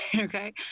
okay